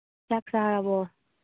ꯆꯥꯛ ꯆꯥꯔꯕꯣ